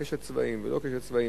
"קשת צבעים" ולא "קשת צבעים",